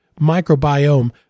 microbiome